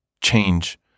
change